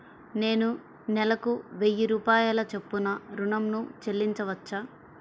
నేను నెలకు వెయ్యి రూపాయల చొప్పున ఋణం ను చెల్లించవచ్చా?